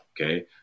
Okay